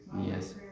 yes